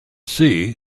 sea